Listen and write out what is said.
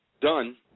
done